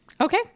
Okay